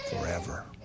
forever